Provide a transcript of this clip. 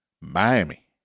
Miami